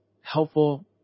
helpful